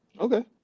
okay